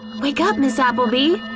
we got miss appleby